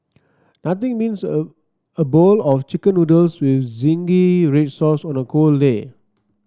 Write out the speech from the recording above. nothing beats a a bowl of chicken noodles with zingy red sauce on a cold day